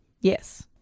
Yes